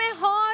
mejor